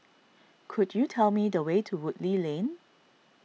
could you tell me the way to Woodleigh Lane